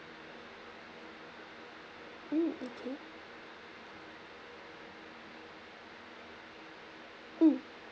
mm okay mm